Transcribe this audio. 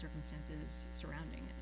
circumstances surrounding